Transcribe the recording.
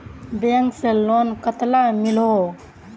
Bank से loan कतला मिलोहो?